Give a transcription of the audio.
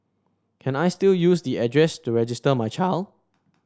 can I still use the address to register my child